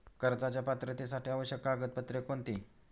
कर्जाच्या पात्रतेसाठी आवश्यक कागदपत्रे कोणती?